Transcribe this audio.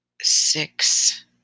six